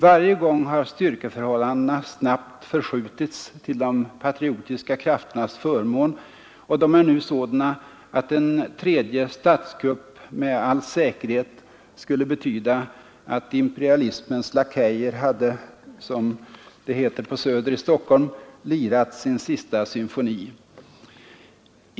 Varje gång har styrkeförhållandena snabbt förskjutits till de patriotiska krafternas förmån, och de är nu sådana att en tredje statskupp med all säkerhet skulle betyda att imperialismens lakejer hade, som det heter på Söder i Stockholm, ”lirat sin sista symfoni”.